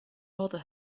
bother